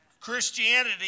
Christianity